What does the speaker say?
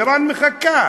איראן מחכה,